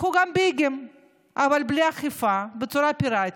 פתחו גם את מרכזי ביג אבל בלי אכיפה ובצורה פיראטית.